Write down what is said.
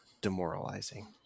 demoralizing